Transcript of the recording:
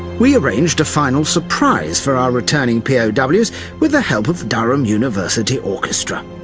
we arranged a final surprise for our returning pows with the help of durham university orchestra.